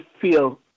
feel